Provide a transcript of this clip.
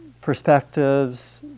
perspectives